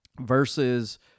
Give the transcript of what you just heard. versus